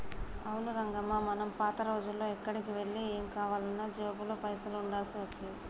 అవును రంగమ్మ మనం పాత రోజుల్లో ఎక్కడికి వెళ్లి ఏం కావాలన్నా జేబులో పైసలు ఉండాల్సి వచ్చేది